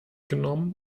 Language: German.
genommen